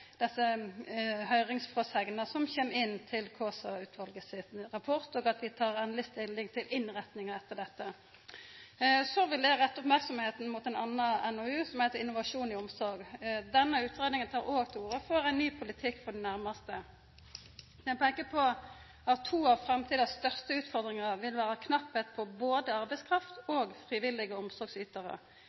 desse høyringsfråsegnene som kjem inn til Kaasa-utvalet sin rapport, og at dei tek endeleg stilling til innretninga etter dette. Så vil eg retta merksemda mot ein annan NOU, Innovasjon i omsorg. Denne utgreiinga tek òg til orde for ein ny politikk for dei nærmaste. Ein peiker på at to av framtidas største utfordringar vil vera mangel på både arbeidskraft og frivillige omsorgsytarar.